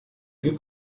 più